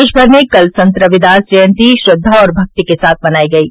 प्रदेश भर में कल संत रविदास जयंती श्रद्वा और भक्ति के साथ मनाई गयी